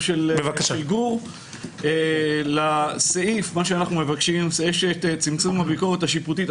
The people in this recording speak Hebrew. של גור לסעיף צמצום הביקורת השיפוטית.